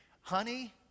honey